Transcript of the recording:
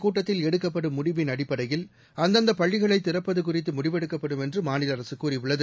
கட்டக்கில் எடுக்கப்படும் இந்தக் முடிவின் அடிப்படையில் அந்தந்தபள்ளிகளைதிறப்பதுகுறித்துமுடிவெடுக்கப்படும் என்றுமாநிலஅரசுகூறியுள்ளது